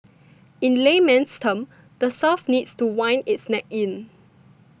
in layman's terms the South needs to wind its neck in